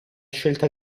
scelta